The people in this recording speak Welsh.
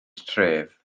tref